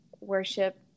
worship